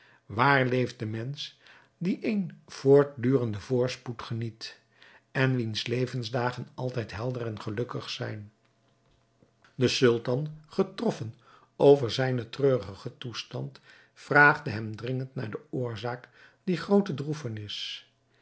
waar leeft de mensch die een voortdurenden voorspoed geniet en wiens levensdagen altijd helder en gelukkig zijn de sultan getroffen over zijnen treurigen toestand vraagde hem dringend naar de oorzaak dier groote